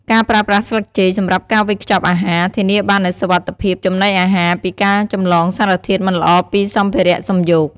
ការប្រើប្រាស់ស្លឹកចេកសម្រាប់ការវេចខ្ចប់អាហារ ធានាបាននូវសុវត្ថិភាពចំណីអាហារ ពីការចម្លងសារធាតុមិនល្អពីសម្ភារៈសំយោគ។